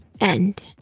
end